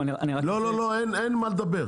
לא, אני רק רוצה --- לא, אין מה לדבר.